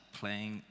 playing